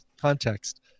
context